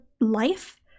life